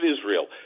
Israel